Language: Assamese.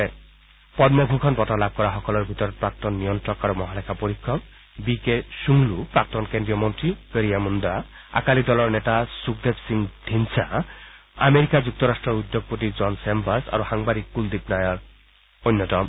আনহাতে পল্ম ভূষণ বঁটা লাভ কৰাসকলৰ ভিতৰত প্ৰাক্তন নিয়ন্নক আৰু মহালেখা পৰীক্ষক ৱি কে শুংলু প্ৰাক্তন কেন্দ্ৰীয় মন্ত্ৰী কৰিয়া মুণ্ডা আকালী দলৰ নেতা সুখদেৱ সিং ধিন্দচা আমেৰিকা যুক্তৰাট্টৰ উদ্যোগপতি জন চেম্বাৰ্ছ আৰু সাংবাদিক কুলদ্বীপ নায়াৰ অন্যতম